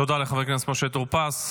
תודה לחבר הכנסת משה טור פז.